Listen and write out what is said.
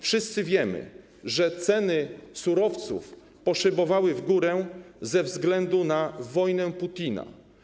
Wszyscy wiemy, że ceny surowców poszybowały w górę ze względu na wojnę Putina.